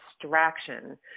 distraction